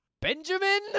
benjamin